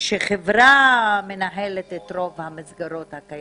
שחברה מנהלת את רוב המסגרות הקיימות.